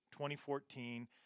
2014